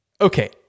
Okay